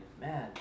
man